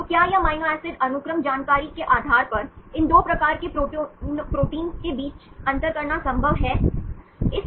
तो क्या यह एमिनो एसिड अनुक्रम जानकारी के आधार पर इन 2 प्रकार के प्रोटीनों के बीच अंतर करना संभव है